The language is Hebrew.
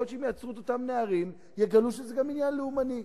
יכול להיות שאם יעצרו את אותם נערים יגלו שזה גם עניין לאומני,